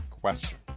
question